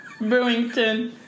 Brewington